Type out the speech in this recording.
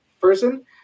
person